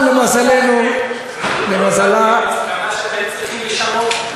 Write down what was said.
שאתם צריכים לשנות.